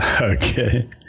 Okay